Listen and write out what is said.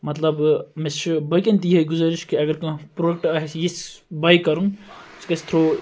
مَطلَب مےٚ چھِ باقیَن تہِ ہِہے گُزٲرِش اگر کانٛہہ پروڈَکٹہٕ آسہِ یِژھ باے کَرُن سُہ گَژھِ تھروٗ